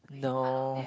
no